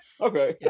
Okay